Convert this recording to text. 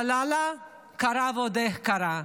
לה לה לה, קרה ועוד איך קרה.